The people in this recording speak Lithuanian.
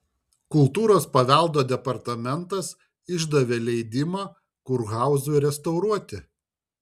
kultūros paveldo departamentas išdavė leidimą kurhauzui restauruoti